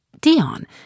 Dion